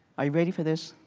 are you ready for this?